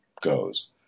goes